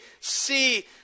see